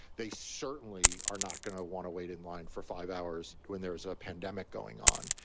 they certainly are not going to want to wait in line for five hours when there is a pandemic going on.